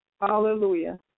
Hallelujah